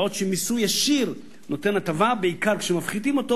בעוד שמיסוי ישיר נותן הטבה בעיקר כשמפחיתים אותו